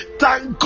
thank